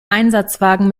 einsatzwagen